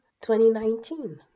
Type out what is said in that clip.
2019